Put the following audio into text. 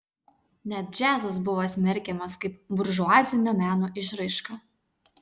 net džiazas buvo smerkiamas kaip buržuazinio meno išraiška